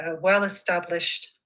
well-established